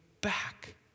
back